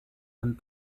ein